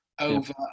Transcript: Over